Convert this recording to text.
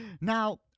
Now